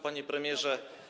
Panie Premierze!